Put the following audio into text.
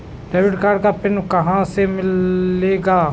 Debit card का pin कहां से मिलेगा?